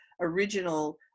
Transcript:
original